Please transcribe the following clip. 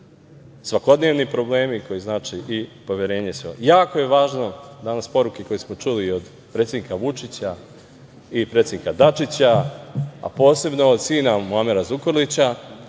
svakodnevni problemi, koji znače i poverenje. Jako je važno, danas poruke koje smo čuli, od predsednika Vučića i predsednika Dačića, a posebno od sina Muamera Zukorlića,